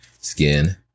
skin